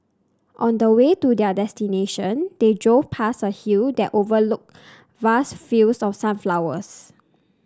on the way to their destination they drove past a hill that overlooked vast fields of sunflowers